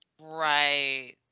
Right